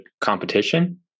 competition